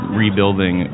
rebuilding